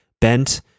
bent